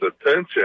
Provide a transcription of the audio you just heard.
attention